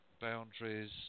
boundaries